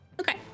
okay